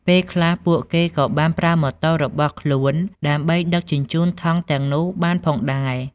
ពេលខ្លះពួកគេក៏បានប្រើម៉ូតូរបស់ខ្លួនដើម្បីដឹកជញ្ជូនថង់ទាំងនោះបានផងដែរ។